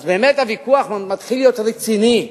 אז באמת הוויכוח מתחיל להיות רציני.